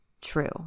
true